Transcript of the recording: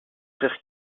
frère